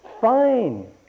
Fine